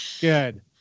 Good